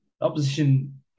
opposition